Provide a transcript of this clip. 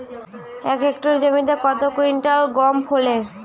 এক হেক্টর জমিতে কত কুইন্টাল গম ফলে?